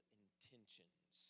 intentions